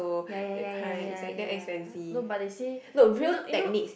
ya ya ya ya ya ya ya no but they say you know you know